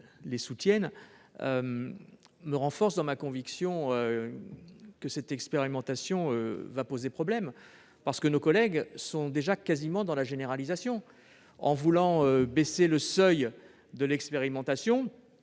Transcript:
ces amendements me renforcent dans ma conviction que cette expérimentation posera problème. Nos collègues sont déjà quasiment dans la généralisation. Abaisser le seuil de l'expérimentation,